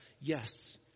Yes